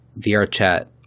VRChat